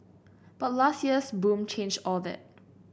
but last year's boom changed all that